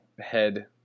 head